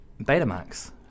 Betamax